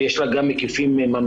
ויש לה גם מקיפים ממלכתי-דתי,